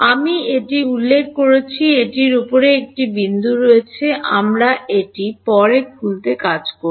আমি এটি উল্লেখ করেছি এটির উপরে একটি বিন্দু রয়েছে আমরা এটি এটি পরে খুলতে কাজ করব